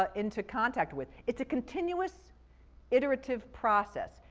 ah into contact with. it's a continuous iterative process.